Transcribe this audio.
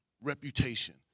reputation